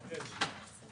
הישיבה.